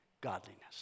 Godliness